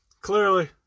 clearly